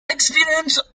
experience